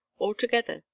altogether